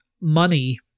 money